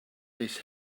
this